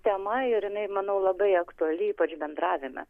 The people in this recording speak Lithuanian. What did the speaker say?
tema ir jinai manau labai aktuali ypač bendravime